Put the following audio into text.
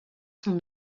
sont